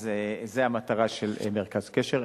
אז זאת המטרה של מרכז קשר.